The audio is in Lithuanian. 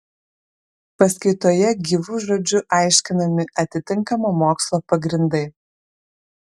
paskaitoje gyvu žodžiu aiškinami atitinkamo mokslo pagrindai